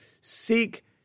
seek